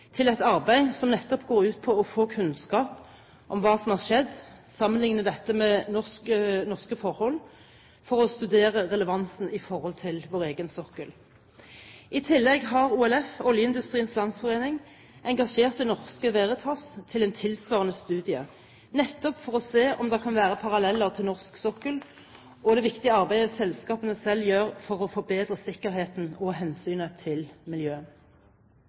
til et arbeid som nettopp går ut på å få kunnskap om hva som har skjedd, og sammenligne dette med norske forhold for å studere relevansen i forhold til vår egen sokkel. I tillegg har OLF, Oljeindustriens Landsforening, engasjert Det Norske Veritas til en tilsvarende studie, nettopp for å se om det kan være paralleller til norsk sokkel og det viktige arbeidet selskapene selv gjør for å forbedre sikkerheten og hensynet til